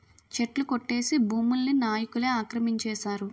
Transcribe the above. చెట్లు కొట్టేసి భూముల్ని నాయికులే ఆక్రమించేశారు